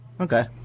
Okay